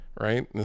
Right